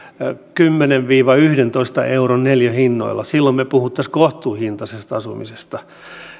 kymmenen viiva yhdentoista euron neliöhinnoilla silloin me puhuisimme kohtuuhintaisesta asumisesta